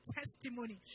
testimony